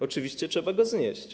Oczywiście trzeba go znieść.